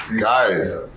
Guys